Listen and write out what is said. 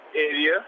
area